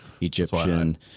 Egyptian